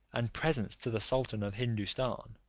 and presents to the sultan of hindoostan,